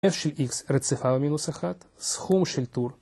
f של x רציפה במינוס 1, סכום של טור